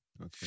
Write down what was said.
Okay